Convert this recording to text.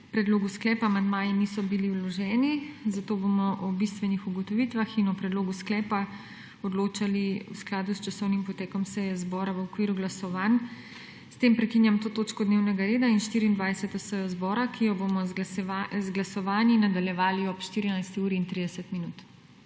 predlogu sklepa amandmaji niso bili vloženi, zato bomo o bistvenih ugotovitvah in o predlogu sklepa odločali v skladu s časovnim potekom seje zbora v okviru glasovanj. S tem prekinjam to točko dnevnega reda in 24. sejo zbora, ki jo bomo z glasovanji nadaljevali ob 14.